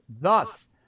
Thus